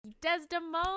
Desdemona